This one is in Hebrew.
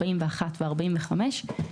41 ו-45,